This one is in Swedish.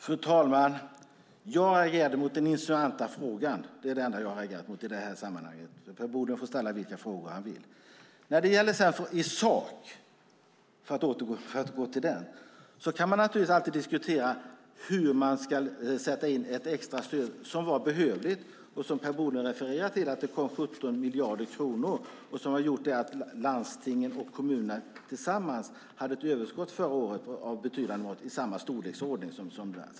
Fru talman! Jag reagerade mot den insinuanta frågan. Det är det enda jag har reagerat mot i det här sammanhanget. Per Bolund får ställa vilka frågor han vill. Sedan ska jag gå över till sakfrågan. Man kan naturligtvis alltid diskutera hur man ska sätta in ett extra stöd. Det var behövligt. Och som Per Bolund sade kom det 17 miljarder kronor, som har gjort att landstingen och kommunerna tillsammans hade ett överskott förra året av betydande mått, i samma storleksordning.